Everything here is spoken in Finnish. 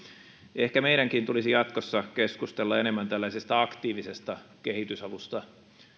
ehkä meidänkin tulisi jatkossa keskustella enemmän tällaisesta aktiivisesta kehitysavusta